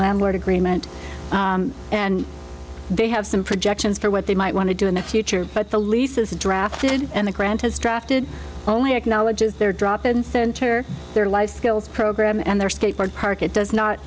landlord agreement and they have some projections for what they might want to do in the future but the leases drafted and the grant has drafted only acknowledges their drop in center their life skills program and their skateboard park it does not